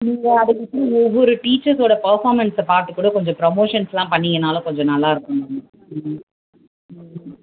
நீங்கள் அதுக்கென்னு ஒவ்வொரு டீச்சர்ஸ்ஸோடய பர்ஃபாமென்ஸ்ஸை பார்த்துக்கூட கொஞ்சம் ப்ரோமோஷன்ஸ்ஸெல்லாம் பண்ணீங்கன்னாலும் கொஞ்சம் நல்லாயிருக்கும் மேம் ம் ம்